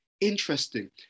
interesting